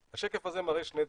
השקף הזה מראה שני דברים.